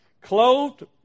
clothed